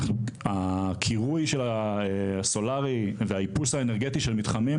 הקירוי הסולרי והאיפוס האנרגטי של מתחמים